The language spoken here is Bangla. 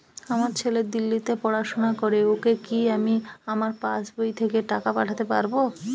আমার ছেলে দিল্লীতে পড়াশোনা করে ওকে কি আমি আমার পাসবই থেকে টাকা পাঠাতে পারব?